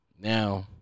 now